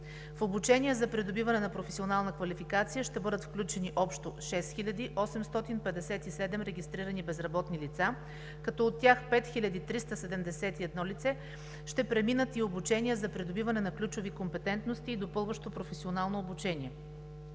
В обучения за придобиване на професионална квалификация ще бъдат включени общо 6857 регистрирани безработни лица, като от тях 5371 лица ще преминат и обучение за придобиване на ключови компетентности и допълващо професионално обучение.